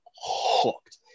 hooked